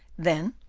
then,